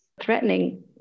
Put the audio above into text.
threatening